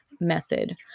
method